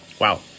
Wow